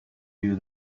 you